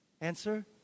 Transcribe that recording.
Answer